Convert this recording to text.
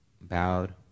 Bowed